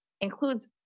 includes